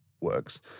works